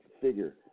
figure